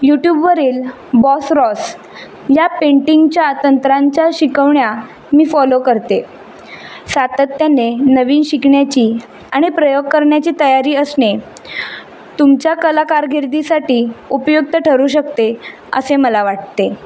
यूट्यूबवरील Bob Ross या पेंटिंगच्या तंत्रांच्या शिकवण्या मी फॉलो करते सातत्त्याने नवीन शिकण्याची आणि प्रयोग करण्याची तयारी असणे तुमच्या कलाकारकिर्दीसाठी उपयुक्त ठरू शकते असे मला वाटते